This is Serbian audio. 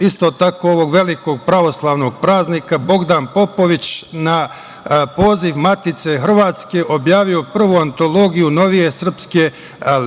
uoči ovog velikog pravoslavnog praznika, Bogdan Popović na poziv matice Hrvatske objavio prvu Antologiju novije srpske